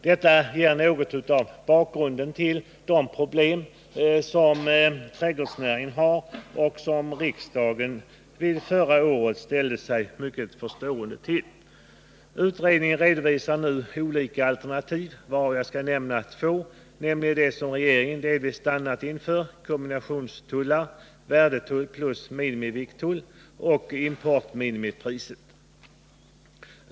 Detta ger något av bakgrunden till de problem som trädgårdsnäringen har och som riksdagen vid förra riksmötet ställde sig mycket förstående till. Utredningen redovisar nu olika alternativ, varav jag skall nämna två, dels det som regeringen delvis stannat inför, kombinationstullar, dvs. värdetull jämte minimivikttull, dels importminimiprissystemet.